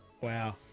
Wow